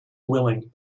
willing